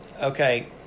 okay